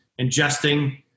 ingesting